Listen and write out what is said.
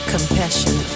Compassion